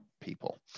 people